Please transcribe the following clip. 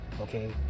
okay